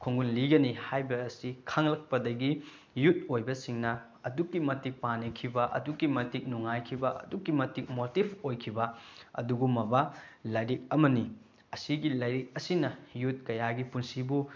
ꯈꯣꯡꯒꯨꯟ ꯂꯤꯒꯅꯤ ꯍꯥꯏꯕꯑꯁꯤ ꯈꯪꯂꯛꯄꯗꯒꯤ ꯌꯨꯠ ꯑꯣꯏꯕꯁꯤꯡꯅ ꯑꯗꯨꯛꯀꯤ ꯃꯇꯤꯛ ꯄꯥꯅꯈꯤꯕ ꯑꯗꯨꯛꯀꯤ ꯃꯇꯤꯛ ꯅꯨꯡꯉꯥꯏꯈꯤꯕ ꯑꯗꯨꯛꯀꯤ ꯃꯇꯤꯛ ꯃꯣꯇꯤꯞ ꯑꯣꯏꯈꯤꯕ ꯑꯗꯨꯒꯨꯝꯂꯕ ꯂꯥꯏꯔꯤꯛ ꯑꯃꯅꯤ ꯑꯁꯤꯒꯤ ꯂꯥꯏꯔꯤꯛ ꯑꯁꯤꯅ ꯌꯨꯠ ꯀꯌꯥꯒꯤ ꯄꯨꯟꯁꯤꯕꯨ